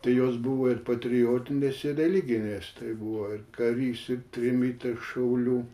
tai jos buvo ir patriotinės ir religinės tai buvo ir karys ir trimitai šaulių